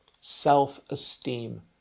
self-esteem